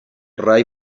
rai